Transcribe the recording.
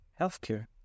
Healthcare